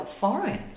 foreign